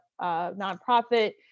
nonprofit